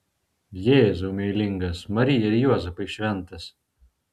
jėzau meilingas marija ir juozapai šventas